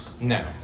No